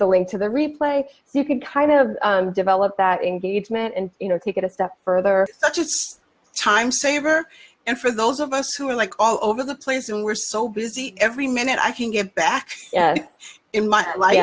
the link to the replay so you can kind of develop that engagement and you know take it a step further just timesaver and for those of us who are like all over the place and we're so busy every minute i can get back in my life